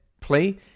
play